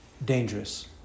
Dangerous